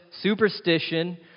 superstition